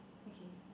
okay